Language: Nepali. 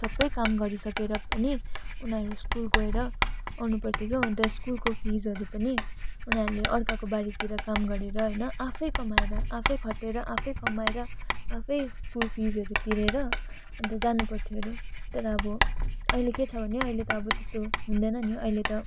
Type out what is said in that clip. सबै काम गरिसकेर पनि उनीहरू स्कुल गएर आउनुपर्थ्यो क्या हो अनि स्कुलको फिसहरू पनि उनीहरूले अर्काको बारीतिर काम गरेर होइन आफै कमाएर आफै खटेर आफै कमाएर आफै स्कुल फिसहरू तिरेर अन्त जानुपर्थ्यो अरे तर अब अहिले के छ भने अहिले त अब त्यस्तो हुँदैन नि अहिले त